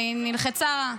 והיא נלחצה.